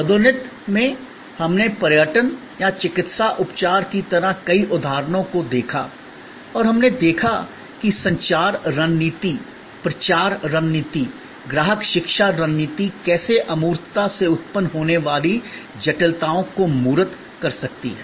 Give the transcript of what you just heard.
पदोन्नति में हमने पर्यटन या चिकित्सा उपचार की तरह कई उदाहरणों को देखा और हमने देखा कि संचार रणनीति प्रचार रणनीति ग्राहक शिक्षा रणनीति कैसे अमूर्तता से उत्पन्न होने वाली जटिलताओं को मूर्त कर सकती है